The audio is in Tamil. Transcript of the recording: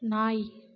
நாய்